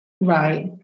Right